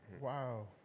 Wow